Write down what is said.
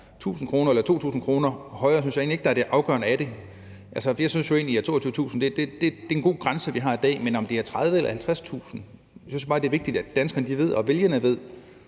1.000 kr. eller 2.000 kr. højere, synes jeg ikke er det afgørende ved det. For jeg synes jo egentlig, at de 22.000 kr. er en god grænse, vi har i dag, men om det er 30.000 eller 50.000 kr., er ikke så afgørende. Jeg synes bare, det er vigtigt, at danskerne og vælgerne ved,